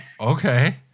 Okay